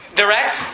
direct